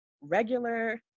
regular